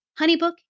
HoneyBook